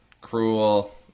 cruel